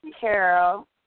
Carol